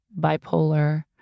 bipolar